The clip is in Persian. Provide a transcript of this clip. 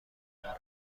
میبرد